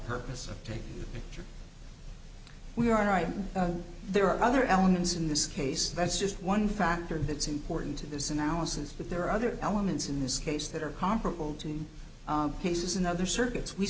purpose of taking the picture we are right there are other elements in this case that's just one factor that's important to this analysis that there are other elements in this case that are comparable to cases in other circuits we